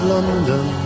London